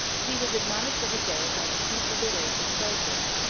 he was admonished of his error by the chief of the race of seljuk,